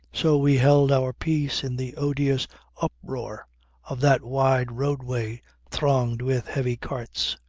so we held our peace in the odious uproar of that wide roadway thronged with heavy carts.